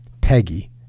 Peggy